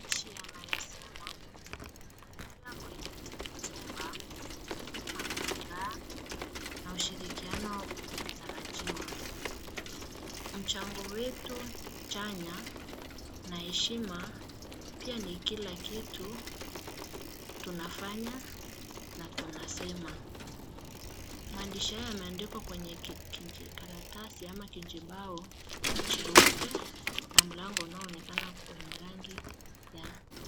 Maandishi yanayosema: “Ukiingia kwenye hiki chumba, kusoma ni furaha na ushirikiano unatarajiwa. Mchango wetu, chanya na heshima pia ni kila kitu tunafanya na tunasema.” Maandishi haya yameandikwa kwenye kijikaratasi ama kijibao cheupe na mlango unaonekana kwenye rangi ya.